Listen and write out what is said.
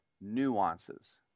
nuances